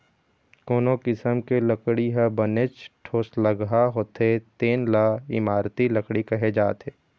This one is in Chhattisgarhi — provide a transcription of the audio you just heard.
कोनो किसम के लकड़ी ह बनेच ठोसलगहा होथे तेन ल इमारती लकड़ी कहे जाथे